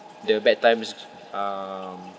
the bad times um